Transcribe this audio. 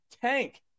tank